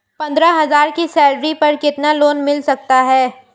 पंद्रह हज़ार की सैलरी पर कितना लोन मिल सकता है?